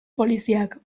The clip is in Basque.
poliziak